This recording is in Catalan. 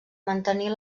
mantenir